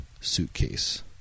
suitcase